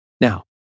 Now